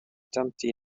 dumpty